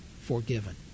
forgiven